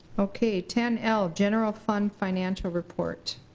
okay ten l, general fund financial report.